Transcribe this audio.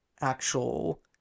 actual